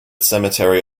cemetery